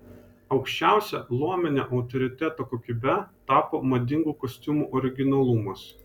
aukščiausia luominio autoriteto kokybe tapo madingų kostiumų originalumas